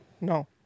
no